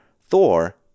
thor